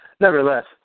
Nevertheless